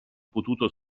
potuto